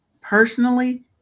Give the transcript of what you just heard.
personally